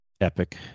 Epic